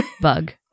bug